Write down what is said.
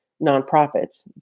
nonprofits